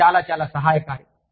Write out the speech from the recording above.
ఇది చాలా చాలా సహాయకారి